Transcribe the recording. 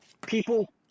People